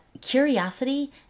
curiosity